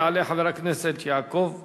יעלה חבר הכנסת יעקב כץ.